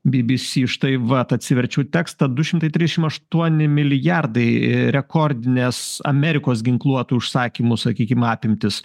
bbc štai vat atsiverčiau tekstą du šimtai trisdešim aštuoni milijardai rekordinės amerikos ginkluotų užsakymų sakykim apimtys